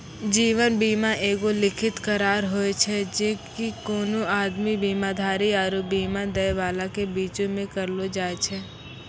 जीवन बीमा एगो लिखित करार होय छै जे कि कोनो आदमी, बीमाधारी आरु बीमा दै बाला के बीचो मे करलो जाय छै